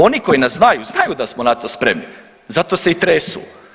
Oni koji nas znaju, znaju da smo na to spremni zato se i tresu.